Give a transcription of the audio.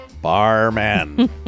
Barman